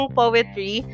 poetry